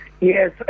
Yes